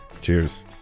cheers